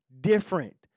different